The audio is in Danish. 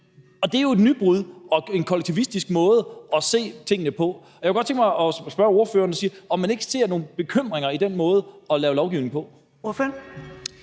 Det er jo et nybrud og en kollektivistisk måde at se tingene på, og jeg kunne godt tænke mig at spørge ordføreren, om han ikke ser nogle bekymringer i den måde at lave lovgivning på.